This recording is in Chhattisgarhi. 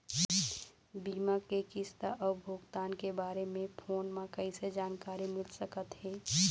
बीमा के किस्त अऊ भुगतान के बारे मे फोन म कइसे जानकारी मिल सकत हे?